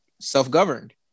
self-governed